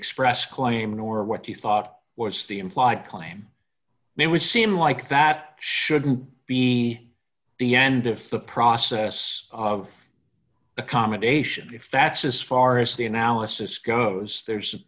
express claim nor what you thought was the implied claim then would seem like that shouldn't be the end of the process of accommodation if that's as far as the analysis goes there's